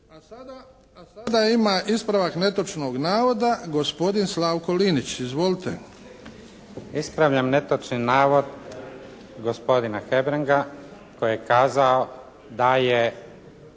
Sada ima ispravak netočnog navoda gospodin Slavko Linić. Izvolite. **Linić, Slavko (SDP)** Ispravljam netočni navod gospodina Hebranga koji je kazao da je